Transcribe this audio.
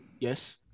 Yes